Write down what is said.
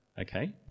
okay